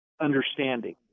understanding